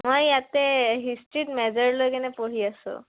মই ইয়াতে হিষ্ট্ৰিত মেজৰলৈ কেনে পঢ়ি আছোঁ